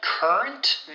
Current